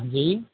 जी